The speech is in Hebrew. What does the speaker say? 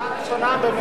החלטה ראשונה בממשלת,